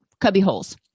cubbyholes